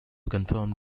confirmed